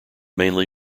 mainly